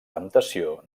temptació